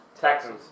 Texans